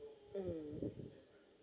um